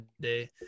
day